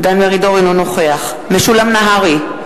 אינו נוכח משולם נהרי,